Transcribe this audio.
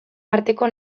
arteko